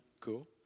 Cool